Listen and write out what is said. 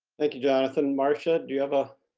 thank you, johnathan. marsha, do you have a